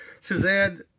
Suzanne